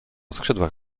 skrzydłach